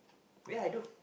ya I do